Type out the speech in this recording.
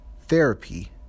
therapy